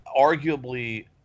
arguably